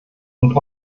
und